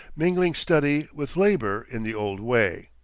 mingling study with labor in the old way.